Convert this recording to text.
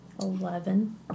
Eleven